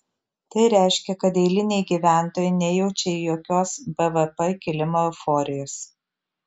tai reiškia kad eiliniai gyventojai nejaučia jokios bvp kilimo euforijos